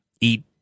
eat